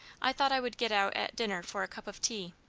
i thought i would get out at dinner for a cup of tea.